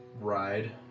ride